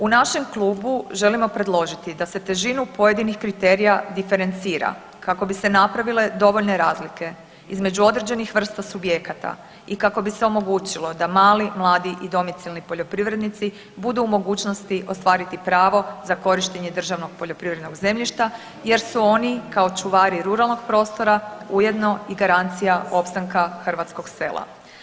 U našem klubu želimo predložiti da se težinu pojedinih kriterija diferencira kako bi se napravile dovoljne razlike između određenih vrsta subjekata i kako bi se omogućilo da mali, mladi i domicilni poljoprivrednici budu u mogućnosti ostvariti pravo za korištenje državnog poljoprivrednog zemljišta jer su oni kao čuvari ruralnog prostora ujedno i garancija opstanka hrvatskog sela.